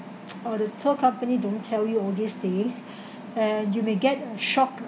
or the tour company don't tell you these things and you may get a shock